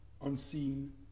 unseen